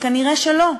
ונראה שלא.